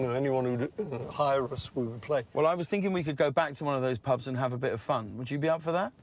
anyone who would hire us, we would play. james i was thinking we could go back to one of those pubs and have a bit of fun. would you be up for that?